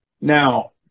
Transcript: Now